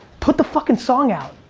put the fucking song out.